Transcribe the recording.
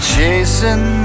Chasing